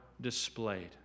displayed